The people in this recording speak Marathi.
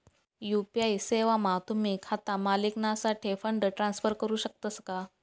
यु.पी.आय सेवामा तुम्ही खाता मालिकनासाठे फंड ट्रान्सफर करू शकतस का